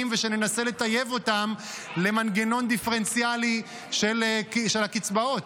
ושננסה לטייב אותם למנגנון דיפרנציאלי של הקצבאות?